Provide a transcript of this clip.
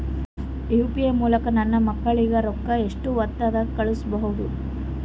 UPI ಮೂಲಕ ನನ್ನ ಮಕ್ಕಳಿಗ ರೊಕ್ಕ ಎಷ್ಟ ಹೊತ್ತದಾಗ ಕಳಸಬಹುದು?